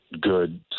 good